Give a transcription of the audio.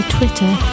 Twitter